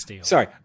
sorry